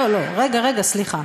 לא, רגע, רגע, סליחה,